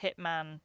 hitman